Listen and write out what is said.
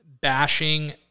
bashing